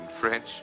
French